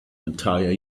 entire